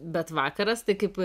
bet vakaras tai kaip